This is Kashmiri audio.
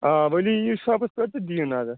آ ؤلِو یِیِو شاپس پٮ۪ٹھ تہٕ دِیِو نظر